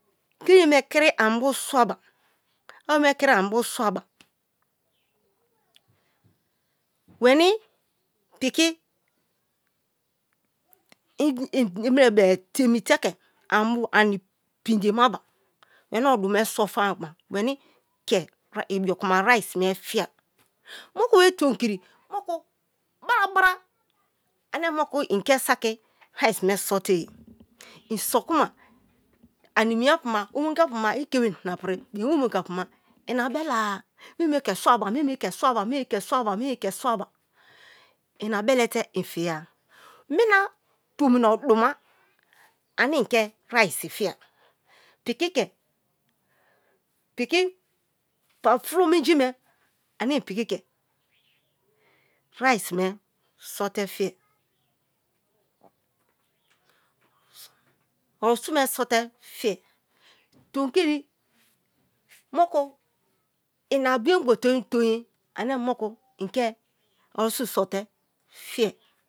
kiri ani bio sua ba, ayo me kiri ani bio sua-ba meni piki temi te ke ani pinde ma ba meni odume so fam-ba meni ke ibiokuma rice me fiye. Moku be tomikiri, moku bara ane moku inka saki rice me sote ye iso kuma ani-nimi yapu omongiapu ma i ke bo ina pri, bien be omongiapu ma ina belara meme ke sua-ba, meme ke ma-ba i na belete i fiya mina tomina odu ma ane i ke rice fiye. fulo minji me ane i piki ke rice me so te fiye arusun me so te fiye tomikiri moku ina biogbo tonye tonye ane moku i ke arusun sote fiye